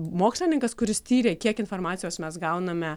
mokslininkas kuris tyrė kiek informacijos mes gauname